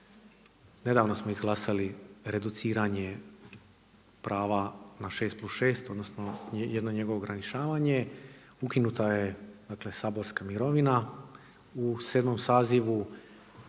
Nedavno smo izglasali reduciranje prava na 6+6 odnosno jedno njegovo ograničavanje, ukinuta je dakle saborska mirovina u 7. sazivu,